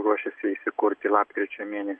ruošiasi įsikurti lapkričio mėne